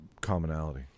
commonality